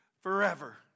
forever